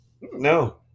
No